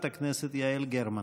חברת הכנסת יעל גרמן.